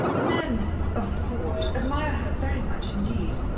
men of a sort admire her very much indeed,